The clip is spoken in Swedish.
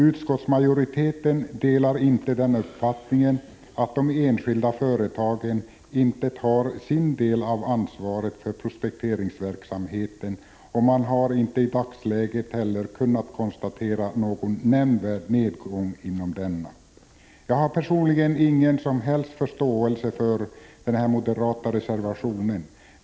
Utskottsmajoriteten delar inte uppfattningen att de enskilda företagen inte tar sin del av ansvaret för prospekteringsverksamheten, och man har inte heller i dagsläget kunnat konstatera någon nämnvärd nedgång av denna. Jag har personligen ingen som helst förståelse för den moderata reservationen.